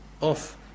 off